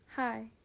Hi